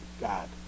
God